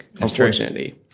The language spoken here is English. Unfortunately